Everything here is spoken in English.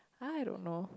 I don't know